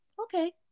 Okay